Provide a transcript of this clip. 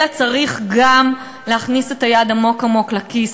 אלא צריך גם להכניס את היד עמוק עמוק לכיס